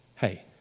Hey